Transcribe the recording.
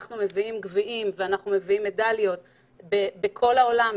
אנחנו מביאים מדליות וגביעים מכל העולם,